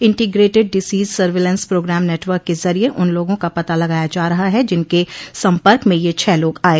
integrated disease surveillance program network के जरिये उन लोगों का पता लगाया जा रहा है जिनके सम्पर्क में यह छह लोग आये